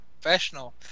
professional